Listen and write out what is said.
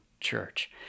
church